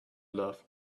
love